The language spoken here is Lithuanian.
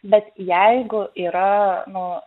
bet jeigu yra nu